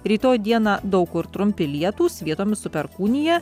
rytoj dieną daug kur trumpi lietūs vietomis su perkūnija